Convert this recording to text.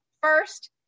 First